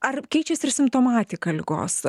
ar keičiasi ir simptomatika ligos